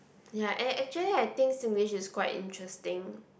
ya and actually I think Singlish is quite interesting